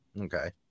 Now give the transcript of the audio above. Okay